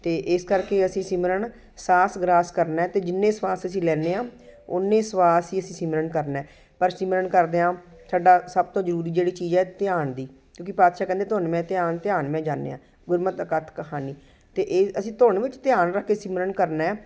ਤਾਂ ਇਸ ਕਰਕੇ ਅਸੀਂ ਸਿਮਰਨ ਸਾਸ ਗਰਾਸ ਕਰਨਾ ਹੈ ਅਤੇ ਜਿੰਨੇ ਸਵਾਸ ਅਸੀਂ ਲੈਂਦੇ ਹਾਂ ਉੰਨੇ ਸਵਾਸ ਹੀ ਅਸੀਂ ਸਿਮਰਨ ਕਰਨਾ ਹੈ ਪਰ ਸਿਮਰਨ ਕਰਦਿਆਂ ਸਾਡਾ ਸਭ ਤੋਂ ਜ਼ਰੂਰੀ ਜਿਹੜੀ ਚੀਜ਼ ਹੈ ਧਿਆਨ ਦੀ ਕਿਉਂਕਿ ਪਾਤਸ਼ਾਹ ਕਹਿੰਦੇ ਧੁਨ ਮੈਂ ਧਿਆਨ ਧਿਆਨ ਮੈਂ ਜਾਣਿਆ ਗੁਰਮਤ ਅਕਥ ਕਹਾਣੀ ਅਤੇ ਇਹ ਅਸੀਂ ਧੁਨ ਵਿੱਚ ਧਿਆਨ ਰੱਖ ਕੇ ਸਿਮਰਨ ਕਰਨਾ ਹੈ